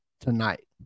tonight